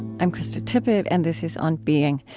i'm krista tippett, and this is on being.